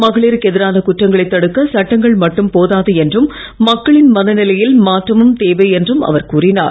மகளிருக்கு எதிரான குற்றங்களை தடுக்க சட்டங்கள் மட்டும் போதாது என்றும் மக்களின் மனநிலையில் மாற்றழும் தேவை என்றும் அவர் கூறினார்